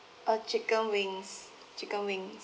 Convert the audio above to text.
uh chicken wings chicken wings